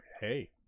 hey